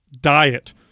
diet